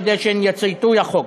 כדי שהן יצייתו לחוק.